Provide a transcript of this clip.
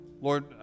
Lord